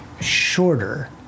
shorter